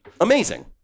Amazing